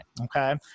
okay